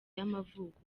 y’amavuko